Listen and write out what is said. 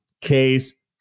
case